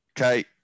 Okay